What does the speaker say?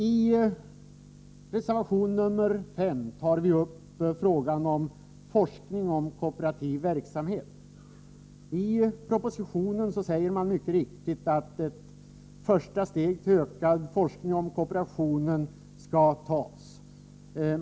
I reservation 5 tar vi upp frågan om forskning om kooperativ verksamhet. I propositionen sägs det mycket riktigt att ett första steg till ökad forskning om kooperationen skall tas.